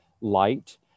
light